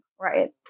right